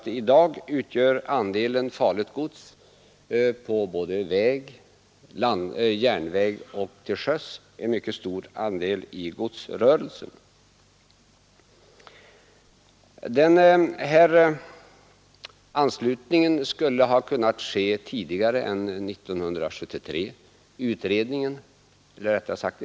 En mycket stor del av transporterna på väg, på järnväg och till sjöss utgörs i dag av farligt gods. Den svenska anslutningen till den internationella överenskommelsen skulle ha kunnat ske tidigare än 1973.